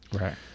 Right